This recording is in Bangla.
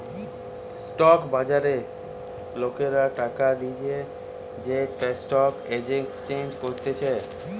স্টক বাজারে লোকরা টাকা দিয়ে যে স্টক এক্সচেঞ্জ করতিছে